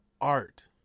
art